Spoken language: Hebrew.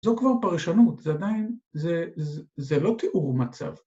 ‫זו כבר פרשנות, ‫זה לא תיאור מצב.